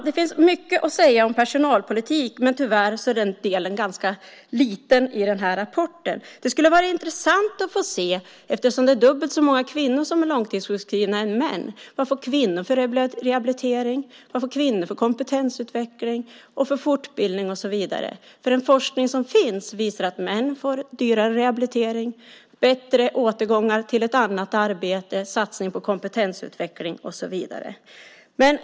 Det finns mycket att säga om personalpolitik, men det är tyvärr en ganska liten del i rapporten. Med tanke på att det är dubbelt så många kvinnor som män som är långtidssjukskrivna skulle det vara intressant att få se vad kvinnor får för rehabilitering, kompetensutveckling, fortbildning och så vidare. Den forskning som finns visar att män får dyrare rehabilitering, bättre återgångar till ett annat arbete, satsning på kompetensutveckling och så vidare.